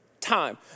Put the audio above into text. time